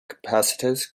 capacitors